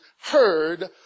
heard